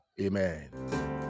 amen